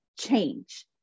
change